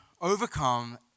overcome